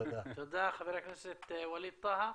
תודה, חבר הכנסת ווליד טאהא.